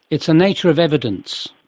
it's the nature of evidence.